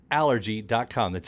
allergy.com